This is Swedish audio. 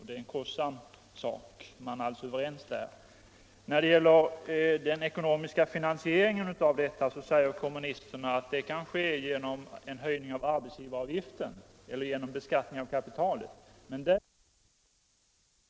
Det är en kostsam sak, men man är alltså överens där. När det gäller den ekonomiska finansieringen av detta säger kommunisterna att det kan ske genom en höjning av arbetsgivaravgiften eller genom beskattning av kapitalet, men där är man inte överens med de borgerliga partierna. Det stämmer alltså inte.